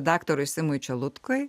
daktarui simui čelutkai